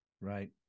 Right